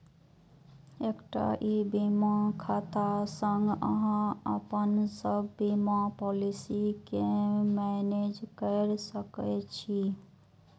एकटा ई बीमा खाता सं अहां अपन सब बीमा पॉलिसी कें मैनेज कैर सकै छी